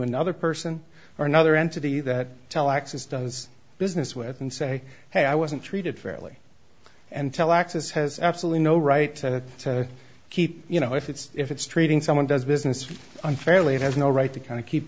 another person or another entity that telexes does business with and say hey i wasn't treated fairly and telexes has absolutely no right to keep you know if it's if it's treating someone does business unfairly it has no right to kind of keep